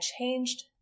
changed